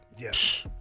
Yes